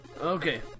Okay